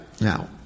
Now